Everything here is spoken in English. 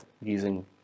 using